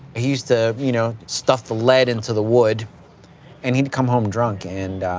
he used to, you know, stuff the lead into the wood and he'd come home drunk. and